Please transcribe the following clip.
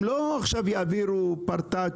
הם לא יעבירו עכשיו איזה פרטץ',